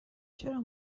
چرا